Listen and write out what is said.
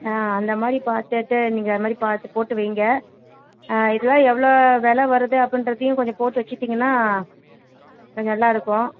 ஆ அந்தமாதிரி பார்த்துட்டு நீங்கள் அதுமாதிரி பார்த்து போட்டு வையுங்க ஆ இதெல்லாம் எவ்வளோ வெலை வருது அப்படின்றதையும் கொஞ்சம் போட்டு வைச்சிட்டிங்கனா கொஞ்சம் நல்லா இருக்கும்